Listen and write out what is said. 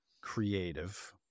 creative